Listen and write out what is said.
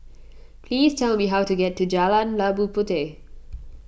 please tell me how to get to Jalan Labu Puteh